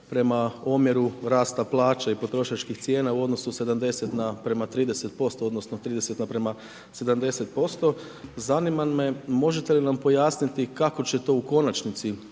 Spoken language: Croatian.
prema omjeru rasta plaća i potrošačkih cijena u odnosu 70 na 30% odnosno, 30 naprema 70% zanima me možete li nam pojasniti kako će to u konačnici